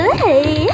hey